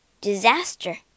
Disaster